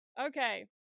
Okay